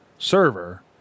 Server